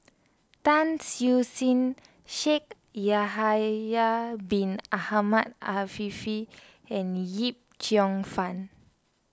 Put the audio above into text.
Tan Siew Sin Shaikh Yahya Bin Ahmed Afifi and Yip Cheong Fun